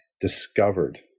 discovered